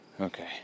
Okay